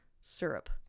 syrup